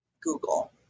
Google